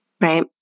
Right